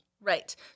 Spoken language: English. Right